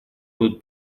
будут